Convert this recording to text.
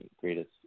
greatest